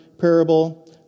parable